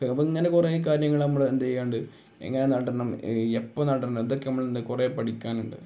അപ്പം ഇങ്ങനെ കുറേ കാര്യങ്ങൾ നമ്മൾ എന്തു ചെയ്യനുണ്ട് എങ്ങനെ നടണം എപ്പം നടണം ഇതൊക്കെ നമ്മൾ അന്ന് കുറേ പഠിക്കാനുണ്ട്